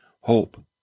Hope